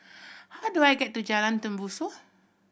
how do I get to Jalan Tembusu